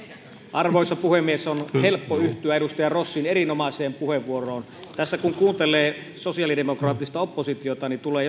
arvoisa puhemies on helppo yhtyä edustaja rossin erinomaiseen puheenvuoroon tässä kun kuuntelee sosiaalidemokraattista oppositiota niin tulee